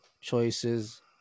choices